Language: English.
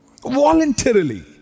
voluntarily